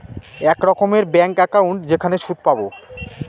এক রকমের bank account যেখানে সুদ পাবো